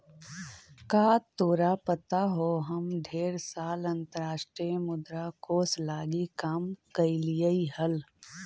का तोरा पता हो हम ढेर साल अंतर्राष्ट्रीय मुद्रा कोश लागी काम कयलीअई हल